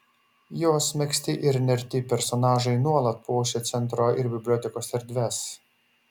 jos megzti ir nerti personažai nuolat puošia centro ir bibliotekos erdves